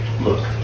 Look